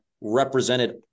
represented